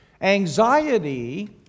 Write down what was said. anxiety